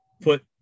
put